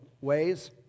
ways